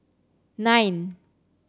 nine